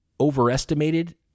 overestimated